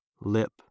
lip